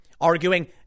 arguing